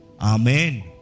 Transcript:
Amen